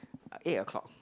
eight o-clock